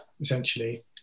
essentially